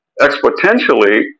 exponentially